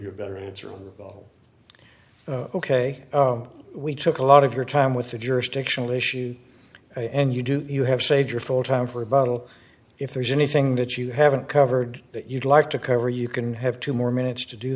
you a better answer on the ball ok we took a lot of your time with the jurisdictional issue and you do you have saved your full time for a bottle if there's anything that you haven't covered that you'd like to cover you can have two more minutes to do